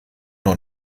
noch